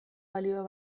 balio